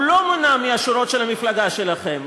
הוא לא מונה מהשורות של המפלגה שלכם.